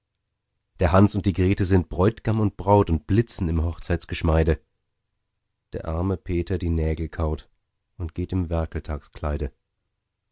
der hans und die grete sind bräutgam und braut und blitzen im hochzeitgeschmeide der arme peter die nägel kaut und geht im